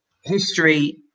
history